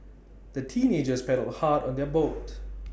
the teenagers paddled hard on their boat